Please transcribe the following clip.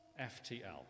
FTL